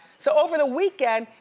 so over the weekend,